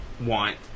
want